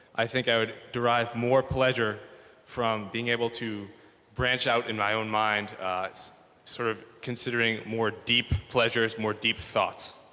i think i would derive more pleasure from being able to branch out in my own mind sort of considering more deep pleasures, more deep thoughts.